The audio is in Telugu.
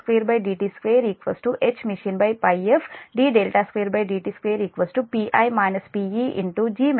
ఇది సమీకరణం 21